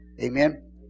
Amen